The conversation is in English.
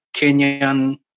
Kenyan